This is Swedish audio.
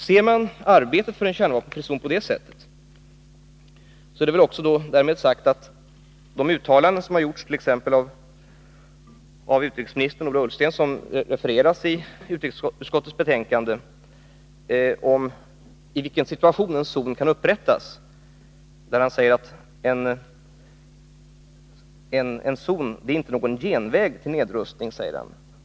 Ser man arbetet för en kärnvapenfri zon i Norden på det sättet, skall man också se på de uttalanden som har gjorts om i vilken situation en kärnvapenfri zon kan upprätthållas. I utrikesutskottets betänkande refereras utrikesminister Ola Ullsten, som säger att en sådan zon ”inte är någon genväg till nedrustning.